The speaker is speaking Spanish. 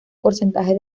porcentaje